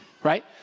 Right